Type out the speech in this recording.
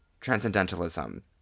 Transcendentalism